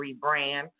rebrand